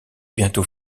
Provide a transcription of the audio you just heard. bientôt